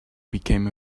become